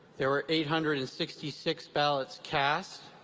there were eight hundred and sixty six ballots cast.